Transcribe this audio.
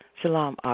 Shalom